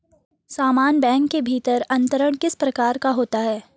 समान बैंक के भीतर अंतरण किस प्रकार का होता है?